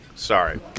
Sorry